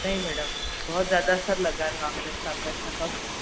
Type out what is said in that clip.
नहीं मैडम बहुत ज़्यादा सर लगाना पैसा पैसा कब